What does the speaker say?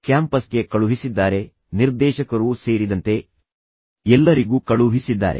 ಕ್ಯಾಂಪಸ್ಗೆ ಕಳುಹಿಸಿದ್ದಾರೆ ನಿರ್ದೇಶಕರೂ ಸೇರಿದಂತೆ ಎಲ್ಲರಿಗು ಕಳುಹಿಸಿದ್ದಾರೆ